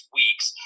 weeks